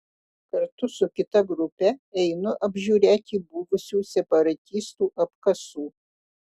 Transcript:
kartu su kita grupe einu apžiūrėti buvusių separatistų apkasų